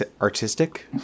artistic